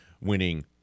winning